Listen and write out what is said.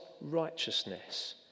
righteousness